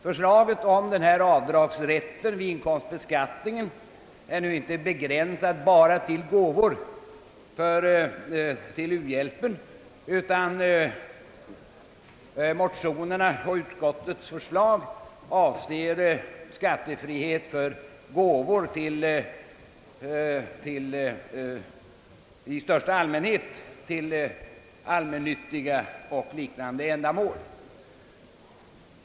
Förslaget om avdragsrätt vid inkomstbeskattningen är inte begränsat bara till gåvor till uhjälp, utan motionerna och utskottets förslag avser skattefrihet för gåvor i största allmänhet till allmännyttiga och liknande ändamål.